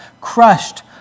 crushed